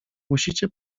musicie